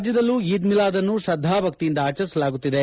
ರಾಜ್ಯದಲ್ಲೂ ಈದ್ ಮಿಲಾದ್ ಅನ್ನು ತ್ರದ್ದಾ ಭಕ್ತಿಯಿಂದ ಆಚರಿಸಲಾಗುತ್ತಿದೆ